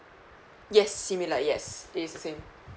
yes similar yes it's the same